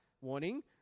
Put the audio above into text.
warning